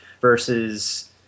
versus